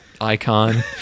icon